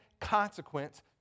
consequence